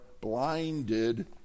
blinded